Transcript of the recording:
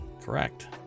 correct